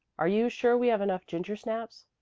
are you sure we have enough gingersnaps?